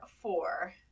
four